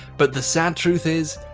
but the sad truth is,